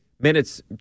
Minutes